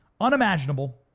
unimaginable